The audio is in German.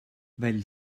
weil